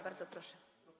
Bardzo proszę.